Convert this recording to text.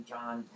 John